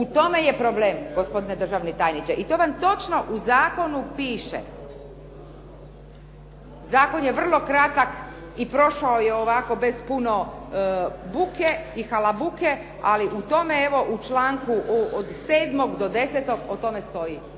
U tome je problem gospodine državni tajniče i to vam točno u zakonu piše. Zakon je vrlo kratak i prošao je ovako bez puno buke i halabuke, ali u tome evo, u članku od 7. do 10. o tome stoji,